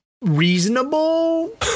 reasonable